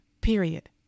period